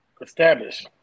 establish